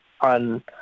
on